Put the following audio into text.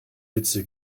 witze